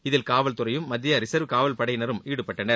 இதில் காவல்துறையும் மத்திய ரிசா்வ் காவல் படையினரும் ஈடுபட்டனர்